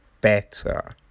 better